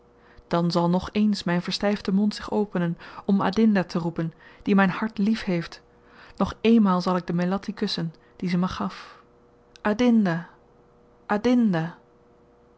dan zal nog ééns myn verstyfde mond zich openen om adinda te roepen die myn hart lief heeft nog éénmaal zal ik de melatti kussen die zy me gaf adinda adinda